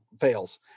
fails